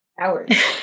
hours